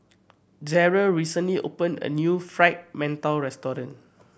Garold recently opened a new Fried Mantou restaurant